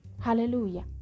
hallelujah